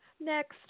Next